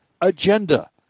agenda